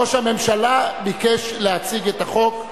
ראש הממשלה ביקש להציג את החוק.